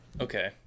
Okay